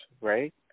right